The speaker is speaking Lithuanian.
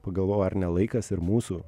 pagalvojau ar ne laikas ir mūsų